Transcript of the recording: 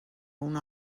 اون